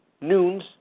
Noons